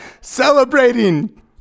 celebrating